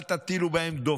אל תטילו בהם דופי.